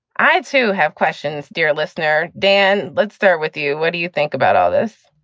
i, too, have questions. dear listener. dan, let's start with you. what do you think about all this?